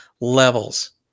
levels